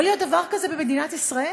יכול להיות דבר כזה במדינת ישראל?